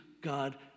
God